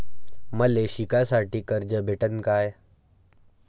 मले शिकासाठी कर्ज भेटन का?